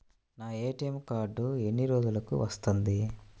నా ATM card ఎన్ని రోజులకు వస్తుంది?